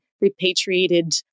repatriated